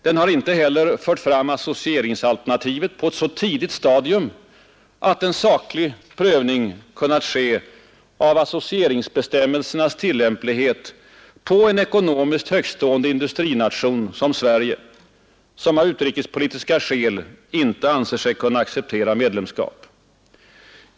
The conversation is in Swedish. Den har inte heller fört fram associeringsalternativet på ett så tidigt stadium, att en saklig prövning kunnat ske av associationsbestämmelsernas tillämplighet på en ekonomiskt högtstående industrination som Sverige som av utrikespolitiska skäl icke anser sig kunna acceptera medlemskap.